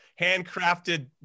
handcrafted